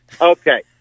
Okay